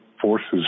forces